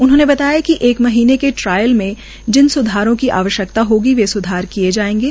उन्होंने बताया कि एक महीने के ट्रायल में जिन स्धारो की आवश्यकता होगी वह स्धार भी किये जायेगे